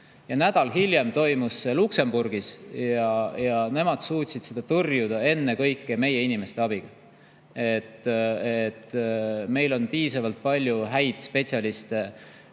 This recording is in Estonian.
Nädal hiljem toimus [rünne] Luksemburgis ja nemad suutsid seda tõrjuda ennekõike meie inimeste abiga. Meil on piisavalt palju häid spetsialiste,